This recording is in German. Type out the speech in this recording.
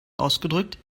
ausgedrückt